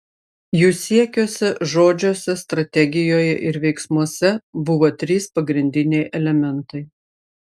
jų siekiuose žodžiuose strategijoje ir veiksmuose buvo trys pagrindiniai elementai